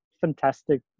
fantastic